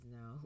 no